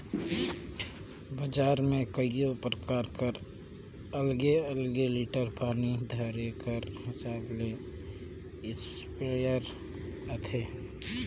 बजार में कइयो परकार कर अलगे अलगे लीटर पानी धरे कर हिसाब ले इस्पेयर आथे